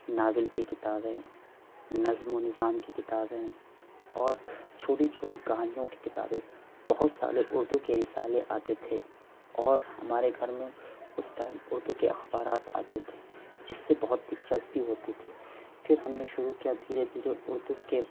novel کی کتابیں نظم و نظام کی کتابیں اور چھوٹی چھوٹی کہانیوں کی کتابیں بہت سارے اردو کے رسالے آتے تھے اور ہمارے گھر میں اس ٹائم اردو کے اخبارات آتے تھے جس سے بہت دلچسپی ہوتی تھی پھر ہم نے شروع کیا دھیرے دھیرے اردو کے